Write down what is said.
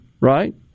right